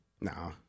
Nah